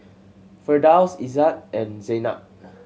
Firdaus Izzat and Zaynab